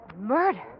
Murder